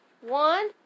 one